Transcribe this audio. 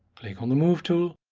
click on the move tool